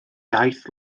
iaith